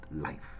life